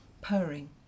purring